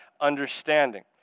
understanding